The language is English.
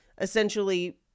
essentially